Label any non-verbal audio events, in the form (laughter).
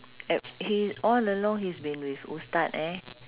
(noise) he all along he's been with ustaz eh